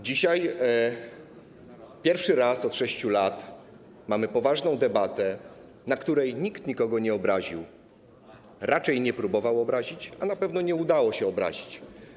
Dzisiaj pierwszy raz od 6 lat mamy poważną debatę, podczas której nikt nikogo nie obraził, raczej nie próbował obrazić, a na pewno nie udało się obrazić.